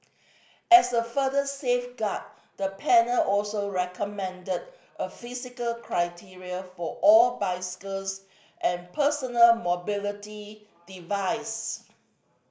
as a further safeguard the panel also recommended a physical criteria for all bicycles and personal mobility device